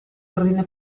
ordine